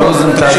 חבר הכנסת רוזנטל,